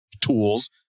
tools